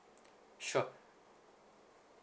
sure